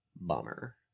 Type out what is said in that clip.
bummer